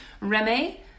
Remy